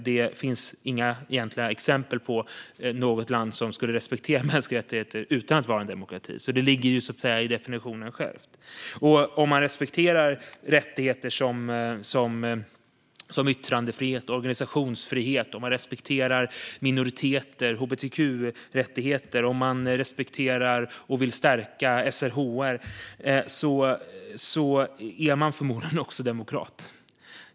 Det finns egentligen inga exempel på länder som respekterar mänskliga rättigheter utan att vara en demokrati. Det ligger alltså i själva definitionen. Om man respekterar rättigheter såsom yttrandefrihet och organisationsfrihet och respekterar minoriteter och hbtq-rättigheter och om man respekterar och vill stärka SRHR är man förmodligen demokrat.